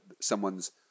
someone's